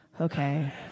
Okay